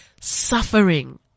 suffering